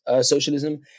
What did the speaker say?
socialism